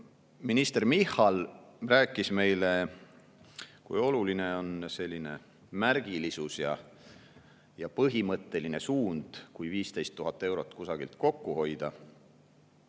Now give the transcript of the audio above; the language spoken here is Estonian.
minister Michal rääkis meile, kui oluline on selline märgilisus ja põhimõtteline suund kusagilt 15 000 eurot kokku hoida.